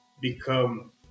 become